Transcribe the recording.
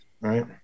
right